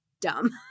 dumb